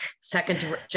second